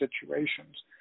situations